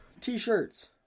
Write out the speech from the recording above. t-shirts